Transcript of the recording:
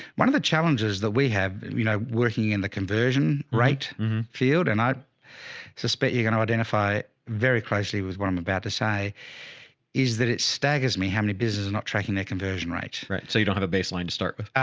one of the challenges that we have, you know, working in the conversion right field, and i suspect you're going to identify very quickly was what i'm about to say is that it's stag is me, how many businesses are not tracking their conversion rate. right? so you don't have a baseline to start with.